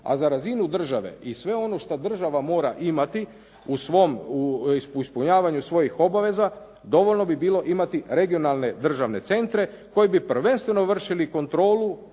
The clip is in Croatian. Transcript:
a za razinu države i sve ono što sve država mora imati u ispunjavanju svojih obaveza dovoljno bi bilo imati regionalne državne centre koji bi prvenstveno vršili kontrolu,